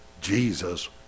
Jesus